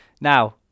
Now